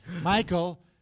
Michael